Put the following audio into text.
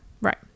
Right